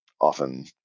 often –